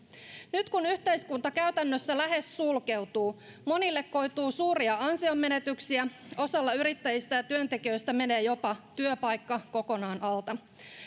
nyt kun yhteiskunta käytännössä lähes sulkeutuu monille koituu suuria ansionmenetyksiä osalla yrittäjistä ja työntekijöistä menee jopa työpaikka kokonaan alta